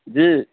जी